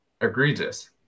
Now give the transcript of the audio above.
egregious